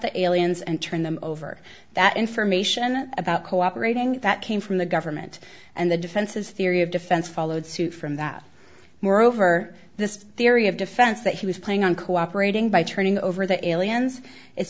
the aliens and turn them over that information about cooperating that came from the government and the defense's theory of defense followed suit from that moreover this theory of defense that he was playing on cooperating by turning over the aliens i